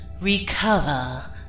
recover